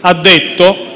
ha detto